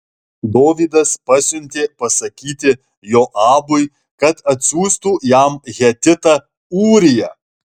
dovydas pasiuntė pasakyti joabui kad atsiųstų jam hetitą ūriją